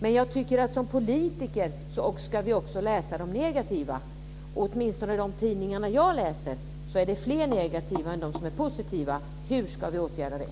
Men jag tycker att vi som politiker också ska läsa de negativa. Åtminstone i de tidningar som jag läser är fler negativa än positiva. Hur ska vi åtgärda det?